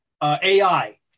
AI